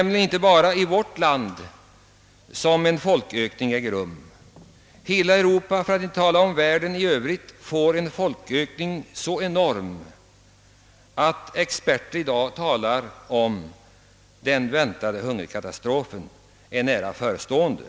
Inte bara i vårt land utan i hela Europa — ja, i hela världen i övrigt — pågår nämligen i dag en folkökning, som är så enorm att experter säger att hungerkatastrof är nära förestående.